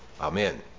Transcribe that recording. Amen